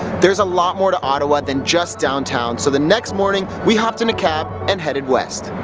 there's a lot more to ottawa than just downtown. so the next morning we hoped in a cab and headed west.